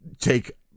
take